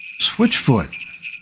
Switchfoot